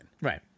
Right